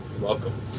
Welcome